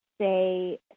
say